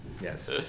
Yes